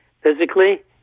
physically